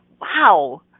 wow